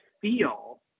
feel